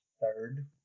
third